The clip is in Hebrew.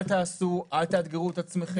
אל תעשו, אל תאתגרו את עצמכם.